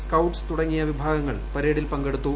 scouts തുടങ്ങിയ വിഭാഗങ്ങൾ പരേഡിൽ പങ്കെടുത്തു